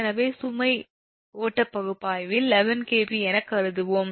எனவே சுமை ஓட்ட பகுப்பாய்வில் 11 𝑘𝑉 என கருதுவோம்